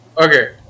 okay